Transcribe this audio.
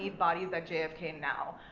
ah bodies at jfk and now.